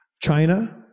China